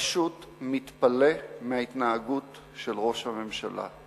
פשוט מתפלא על ההתנהגות של ראש הממשלה,